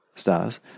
stars